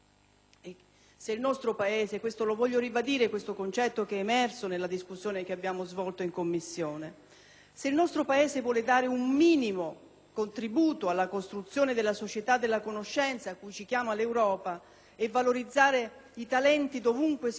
all'alta formazione. Voglio ribadire un concetto emerso nella discussione che abbiamo svolto in Commissione. Se il nostro Paese vuole dare un minimo contributo alla costruzione della società della conoscenza, cui ci chiama l'Europa, e valorizzare i talenti dovunque si trovino,